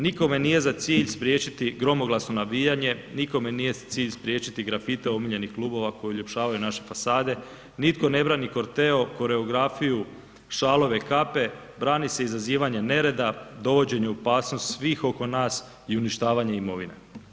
Nikome nije za cilj spriječiti gromoglasno navijanje, nikome nije za cilj spriječiti grafite omiljenih klubova koji uljepšavaju naše fasade, nitko ne brani korteo, koreografiju, šalove, kape, brani se izazivanje nereda, dovođenje u opasnost svih oko nas i uništavanje imovine.